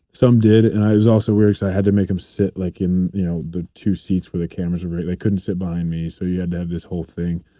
some did, and i was also weird because i had to make them sit like in you know the two seats where the cameras were. they couldn't sit behind me. so you had to have this whole thing.